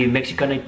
Mexican